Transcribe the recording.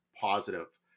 positive